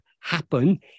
happen